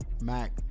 Mac